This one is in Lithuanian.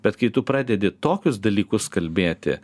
bet kai tu pradedi tokius dalykus kalbėti